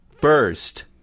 first